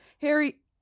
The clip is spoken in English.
Harry